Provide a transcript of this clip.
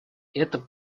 это